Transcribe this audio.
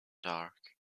dark